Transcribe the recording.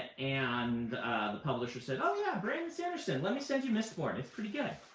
and the publisher said, oh, yeah, brandon sanderson. let me send you mistborn. it's pretty good.